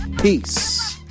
peace